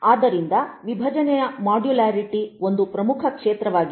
ಆದ್ದರಿಂದ ವಿಭಜನೆಯ ಮಾಡ್ಯುಲಾರಿಟಿ ಒಂದು ಪ್ರಮುಖ ಕ್ಷೇತ್ರವಾಗಿದೆ